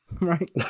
Right